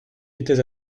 étais